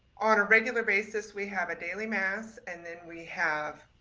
on a regular basis, we have a daily mass and then we have